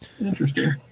Interesting